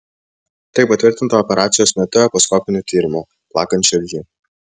tai patvirtinta operacijos metu echoskopiniu tyrimu plakant širdžiai